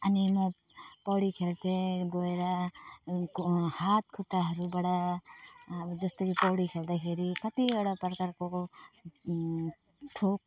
अनि म पौडी खेल्थेँ गएर हातखुट्टाहरूबाट अब जस्तो कि पौडी खेल्दाखेरि कतिवटा प्रकारको ठोक